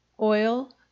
oil